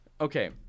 Okay